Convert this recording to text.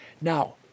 Now